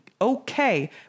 okay